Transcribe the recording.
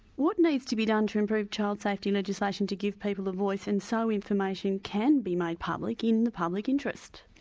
what needs to be done to improve child safety legislation to give people a voice and so information can be made public in the public interest?